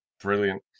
Brilliant